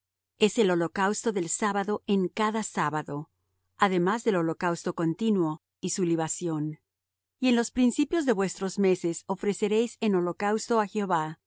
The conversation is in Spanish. es el holocausto del sábado en cada sábado además del holocausto continuo y su libación y en los principios de vuestros meses ofreceréis en holocausto á jehová